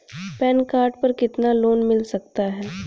Pan card पर कितना loan मिल सकता है?